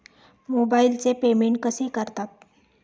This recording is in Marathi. मोबाइलचे पेमेंट कसे करतात?